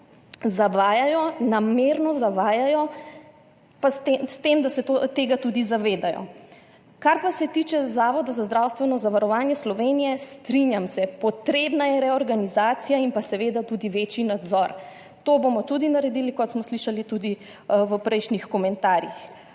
zavajajo, namerno zavajajo, pa s tem da se tega tudi zavedajo. Kar pa se tiče Zavoda za zdravstveno zavarovanje Slovenije, strinjam se, potrebna je reorganizacija in pa seveda tudi večji nadzor. To bomo tudi naredili, kot smo slišali tudi v prejšnjih komentarjih.